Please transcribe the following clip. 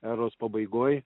eros pabaigoje